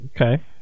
Okay